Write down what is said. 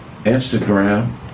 Instagram